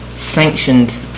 Sanctioned